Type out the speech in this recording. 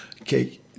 okay